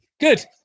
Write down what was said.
good